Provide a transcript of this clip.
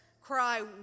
cry